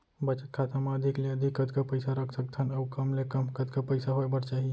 बचत खाता मा अधिक ले अधिक कतका पइसा रख सकथन अऊ कम ले कम कतका पइसा होय बर चाही?